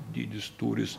dydis tūris